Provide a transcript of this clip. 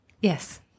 Yes